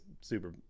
super